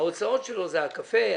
ההוצאות שלו הן הקפה,